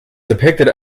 depicted